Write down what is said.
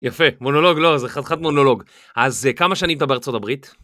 יפה, מונולוג, לא, זה חתיכת מונולוג, אז כמה שנים אתה בארה״ב?